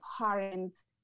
parents